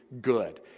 good